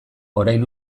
orain